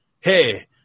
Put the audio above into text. hey